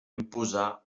imposar